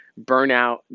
burnout